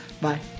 Bye